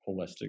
holistic